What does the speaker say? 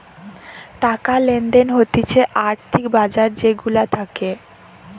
টাকা লেনদেন হতিছে আর্থিক বাজার যে গুলা থাকে